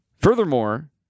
Furthermore